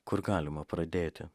kur galima pradėti